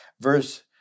Verse